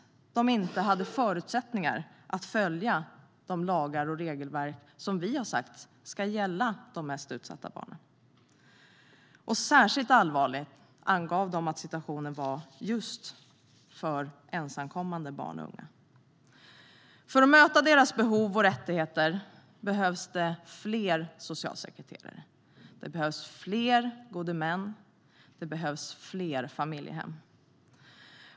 De hade inte förutsättningar att följa de lagar och regler som vi har sagt ska gälla de mest utsatta barnen. Särskilt allvarlig angav de att situationen var för just ensamkommande barn och unga. För att möta barnens behov och rättigheter behövs det fler socialsekreterare, gode män och familjehem.